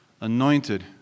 Anointed